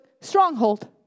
stronghold